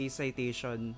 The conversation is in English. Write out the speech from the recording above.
citation